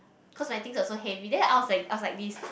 cause my things are so heavy then I was like I was like this